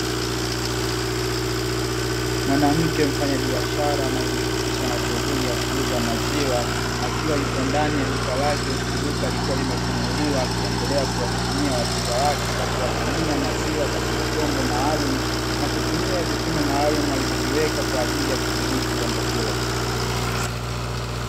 Mwanamke mfanyabiashara anayejihusisha na shughuli ya kuuza maziwa akiwa yupo ndani ya duka lake, huku duka likiwa limefumguliwa akiendelea kuwahudumia wateja wake, kwa kuwapimia maziwa katika vyombo maalumu na kutumia vipimo maalumu alivyoviweka, kwa ajili ya kudhibiti jambo hilo.